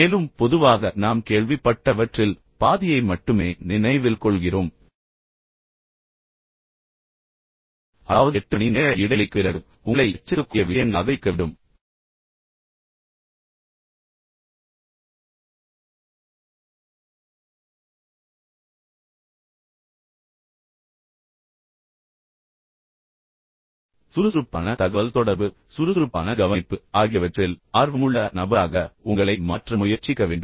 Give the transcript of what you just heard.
மேலும் பொதுவாக நாம் கேள்விப்பட்டவற்றில் பாதியை மட்டுமே நினைவில் கொள்கிறோம் அதாவது 8 மணி நேர இடைவெளிக்குப் பிறகு உங்களை எச்சரிக்கக்கூடிய விஷயங்களாக இருக்க வேண்டும் சுறுசுறுப்பான தகவல்தொடர்பு சுறுசுறுப்பான கவனிப்பு ஆகியவற்றில் ஆர்வமுள்ள நபராக உங்களை மாற்ற முயற்சிக்க வேண்டும்